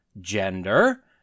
gender